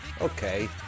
Okay